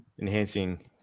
enhancing